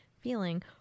feeling